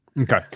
Okay